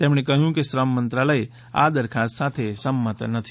તેમણે કહ્યું કે શ્રમ મંત્રાલય આ દરખાસ્ત સાથે સંમત નથી